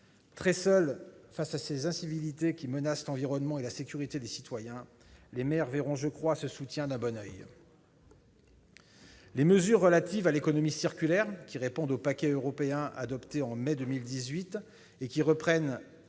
Très seuls face à ces incivilités qui menacent l'environnement et la sécurité des citoyens, les maires verront, je crois, ce soutien d'un bon oeil. Les mesures relatives à l'économie circulaire, qui répondent au paquet européen adopté au mois de mai 2018 et qui reprennent